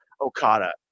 Okada